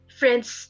friends